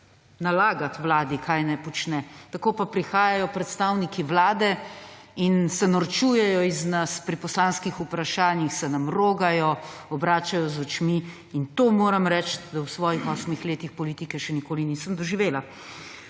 nalagati Vladi, kaj naj počne. Tako pa prihajajo predstavniki Vlade in se norčujejo iz nas, pri poslanskih vprašanih se nam rogajo, obračajo z očmi, in to moram reči, da v svojih osmih letih politike še nikoli nisem doživela.